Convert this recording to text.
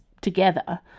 together